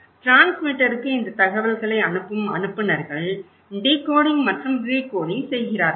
டிரான்ஸ்மிட்டருக்கு இந்த தகவல்களை அனுப்பும் அனுப்புநர்கள் டிகோடிங் மற்றும் ரிகோடிங் செய்கிறார்கள்